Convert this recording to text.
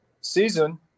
season